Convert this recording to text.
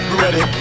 ready